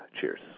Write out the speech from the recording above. Cheers